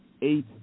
eight